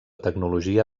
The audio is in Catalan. tecnologia